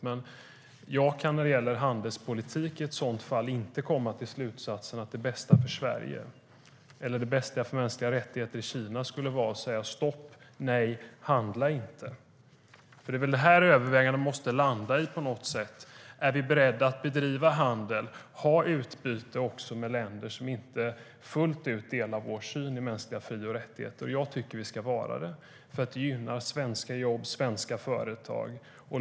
Men när det gäller handelspolitik i ett sådant fall kan jag inte komma till slutsatsen att det bästa för Sverige eller för mänskliga rättigheter i Kina skulle vara att säga: Stopp, nej, handla inte! Det är detta som övervägandena måste landa i. Är vi beredda att bedriva handel och ha utbyte med länder som inte fullt ut delar vår syn på mänskliga fri och rättigheter? Jag tycker att vi ska vara det för att gynna svenska jobb och svenska företag.